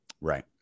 Right